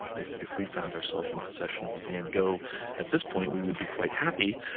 ah if if we found ourselves in possession of a van gogh at this point, we would be quite happy,